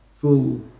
full